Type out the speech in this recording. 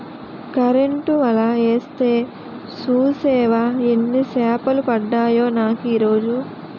Current వల యేస్తే సూసేవా యెన్ని సేపలు పడ్డాయో నాకీరోజు?